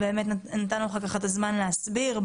נתנו לך את הזמן להסביר,